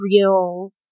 real